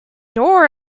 door